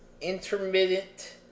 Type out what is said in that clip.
Intermittent